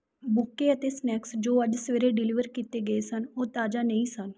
ਬੁਕੇ ਅਤੇ ਸਨੈਕਸ ਜੋ ਅੱਜ ਸਵੇਰੇ ਡਿਲੀਵਰ ਕੀਤੇ ਗਏ ਸਨ ਉਹ ਤਾਜ਼ਾ ਨਹੀਂ ਸਨ